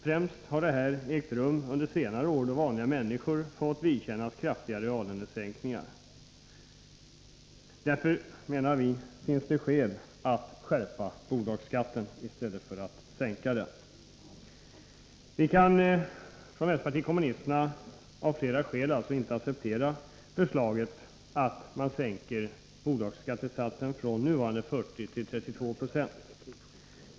Främst har detta ägt rum under senare år, då vanliga människor fått vidkännas kraftiga reallönesänkningar. Därför finns det anledning att skärpa bolagsskatten i stället för att sänka den. Vänsterpartiet kommunisterna kan av flera skäl inte acceptera förslaget att sänka bolagsskattesatsen från nuvarande 40 96 till 32 90.